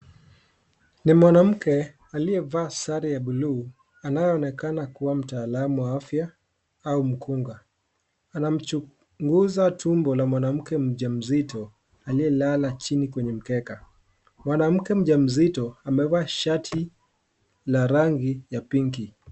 Ni mwanamke aliyevaa sare ya blue anayeonekana kuwa mtaalamu wa afya ua mkunga. Anamchunguza tumbo la mwanamke mjaa mzito aliyelala chini kwenye mkeka. Mwanamke mjaamzito amevaa shati la rangi ya Pink .